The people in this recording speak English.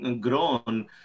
grown